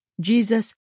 Jesus